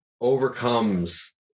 overcomes